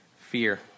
Fear